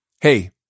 hey